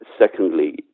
Secondly